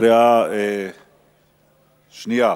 בקריאה שנייה.